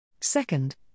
Second